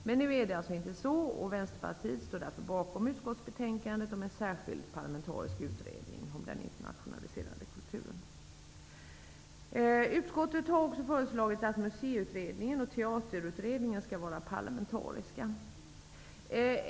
Men nu är det allså inte så, och Vänsterpartiet står därför bakom utskottsbetänkandet om en särskild parlamentarisk utredning om den internationaliserade kulturen. Utskottet har också föreslagit att Museiutredningen och Teaterutredningen skall vara parlamentariska.